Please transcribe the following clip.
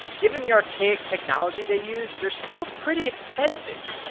given the archaic technology they use, they're still pretty expensive.